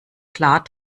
klar